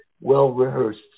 well-rehearsed